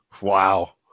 Wow